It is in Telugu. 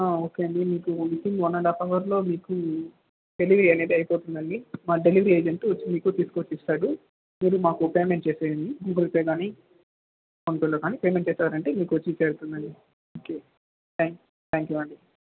ఓకే అండి మీకు వితిన్ వన్ అండ్ ఆఫ్ అవర్లో మీకు డెలివరీ అనేది అయిపోతుందండి మా డెలివరీ ఏజెంట్ మీకు తీసుకొని వచ్చి ఇస్తాడు మీరు మాకు పేమెంట్ చేసేయండి గూగుల్ పే కానీ ఫోన్పేలో కానీ పేమెంట్ చేశారంటే మీకు వచ్చి చేరుతుంది ఓకే థ్యాంక్స్ థ్యాంక్ యూ అండి